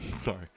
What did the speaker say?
Sorry